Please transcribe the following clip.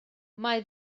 mae